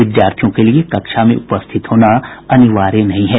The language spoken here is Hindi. विद्यार्थियों के लिए कक्षा में उपस्थित होना अनिवार्य नहीं है